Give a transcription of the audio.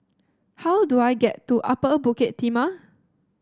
how do I get to Upper Bukit Timah